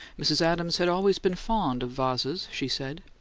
mrs. adams had always been fond of vases, she said,